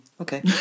Okay